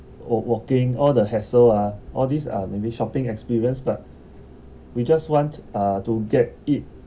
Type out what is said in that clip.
walk walking all the hassle ah all these are maybe shopping experience but we just want uh to get it